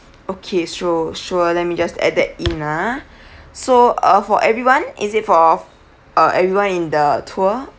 okay so sure let me just add that in ah so uh for everyone is it for uh everyone in the tour